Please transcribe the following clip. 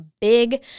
big